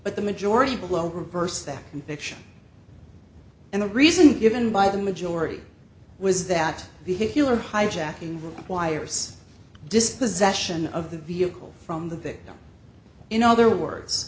but the majority below reverse that conviction and the reason given by the majority was that vehicular hijacking requires dispossession of the vehicle from the victim in other words